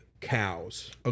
cows